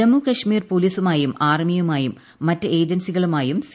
ജമ്മു കാശ്മീർ പോലീസുമായും ആർമിയുമായും മറ്റ് ഏജൻസികളുമായും സി